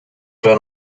ben